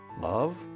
love